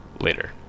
later